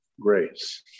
grace